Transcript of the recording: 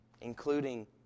including